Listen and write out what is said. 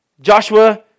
Joshua